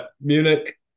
Munich